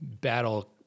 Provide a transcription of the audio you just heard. battle